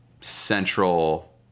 central